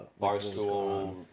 Barstool